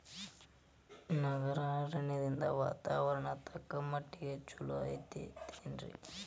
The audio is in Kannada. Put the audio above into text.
ನಗರ ಅರಣ್ಯದಿಂದ ವಾತಾವರಣ ತಕ್ಕಮಟ್ಟಿಗೆ ಚಲೋ ಇರ್ತೈತಿ